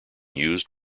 used